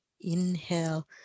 Inhale